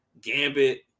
Gambit